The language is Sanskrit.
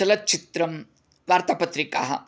चलच्चित्रं वार्तापत्रिकाः